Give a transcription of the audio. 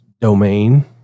domain